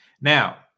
Now